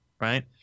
right